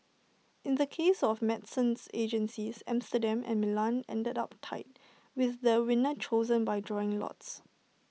in the case of medicines agencies Amsterdam and Milan ended up tied with the winner chosen by drawing lots